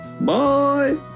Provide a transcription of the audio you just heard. Bye